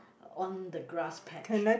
on the grass patch